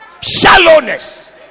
shallowness